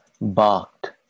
barked